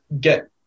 get